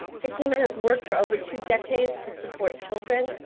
takiema has worked for over two decades to support children,